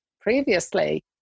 previously